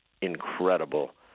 incredible